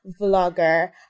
vlogger